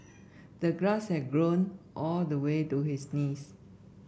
the grass had grown all the way to his knees